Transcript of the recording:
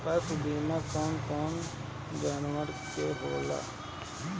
पशु बीमा कौन कौन जानवर के होला?